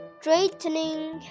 Straightening